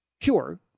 Sure